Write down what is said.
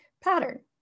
pattern